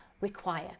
require